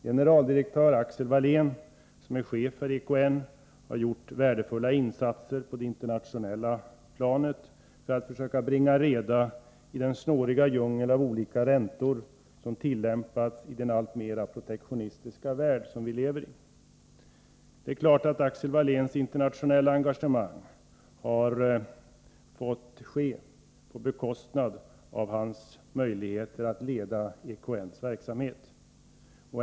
Generaldirektör Axel Wallén, som är chef för EKN, har gjort värdefulla insatser på det internationella planet för att försöka bringa reda i den snåriga djungel av olika räntor som vi har i den alltmer protektionistiska värld som vi lever i. Det är klart att Axel Walléns internationella engagemang har måst ske på bekostnad av hans möjligheter att leda EKN:s verksamhet.